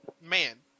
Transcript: man